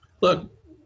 look